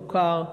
מוכר,